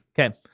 Okay